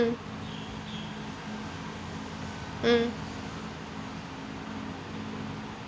mm mm